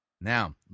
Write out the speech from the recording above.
Now